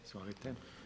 Izvolite.